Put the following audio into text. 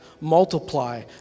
multiply